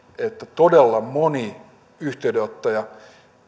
todella moni yhteydenottaja